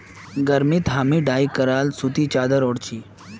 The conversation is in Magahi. गर्मीत हामी डाई कराल सूती चादर ओढ़ छि